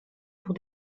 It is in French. pour